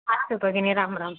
अस्तु भगिनि राम राम